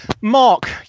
Mark